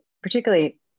Particularly